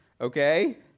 okay